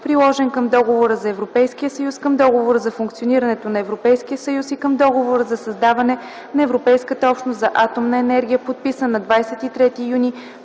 приложен към Договора за Европейския съюз, към Договора за функционирането на Европейския съюз и към Договора за създаване на Европейската общност за атомна енергия, подписан на 23 юни